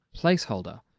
placeholder